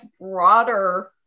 broader